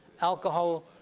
alcohol